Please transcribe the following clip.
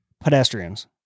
pedestrians